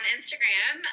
Instagram